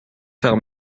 faire